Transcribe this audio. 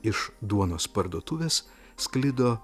iš duonos parduotuvės sklido